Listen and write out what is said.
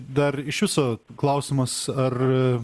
dar iš viso klausimas ar